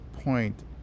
point